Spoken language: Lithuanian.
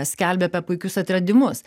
skelbia apie puikius atradimus